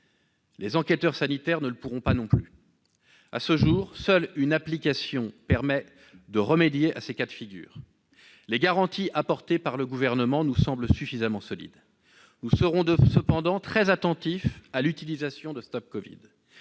Les enquêteurs sanitaires ne le pourront pas non plus. À ce jour, seule une application permet de remédier à ces cas de figure. Les garanties apportées par le Gouvernement nous semblent suffisamment solides. Nous serons cependant très attentifs à l'utilisation de StopCovid.